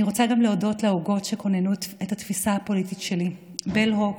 אני רוצה גם להודות להוגות שכוננו את התפיסה הפוליטית שלי: בל הוקס,